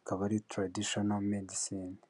akaba ari traditional medecine.